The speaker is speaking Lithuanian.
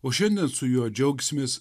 o šiandien su juo džiaugsimės